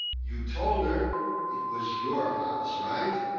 you told her it was your house, right?